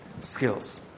skills